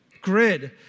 grid